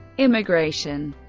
immigration